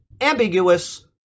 ambiguous